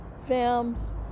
Films